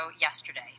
yesterday